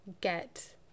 get